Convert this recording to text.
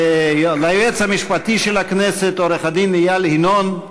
ליועץ המשפטי של הכנסת עורך-הדין איל ינון,